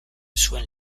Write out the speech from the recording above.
zuen